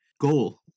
goal